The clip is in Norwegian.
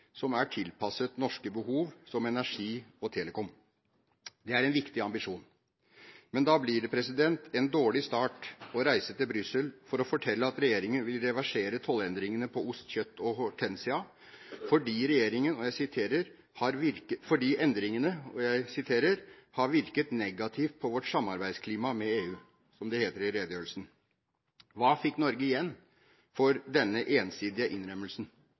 som er tilpasset norske behov, som energi og telekom. Det er en viktig ambisjon. Men da blir det en dårlig start å reise til Brussel for å fortelle at regjeringen vil reversere tollendringene på ost, kjøtt og hortensia, fordi endringene «har virket negativt på vårt samarbeidsklima med EU», som det heter i redegjørelsen. Hva fikk Norge igjen for denne ensidige innrømmelsen?